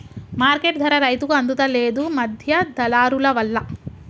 market ధర రైతుకు అందుత లేదు, మధ్య దళారులవల్ల